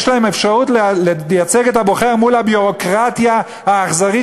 יש להם אפשרות לייצג את הבוחר מול הביורוקרטיה האכזרית,